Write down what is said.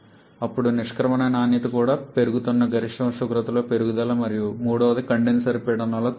అప్పుడు నిష్క్రమణ నాణ్యత కూడా పెరుగుతున్న గరిష్ట ఉష్ణోగ్రతలో పెరుగుదల మరియు మూడవది కండెన్సర్ పీడనం లో తగ్గింపు